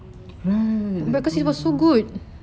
right like